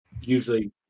usually